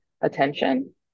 attention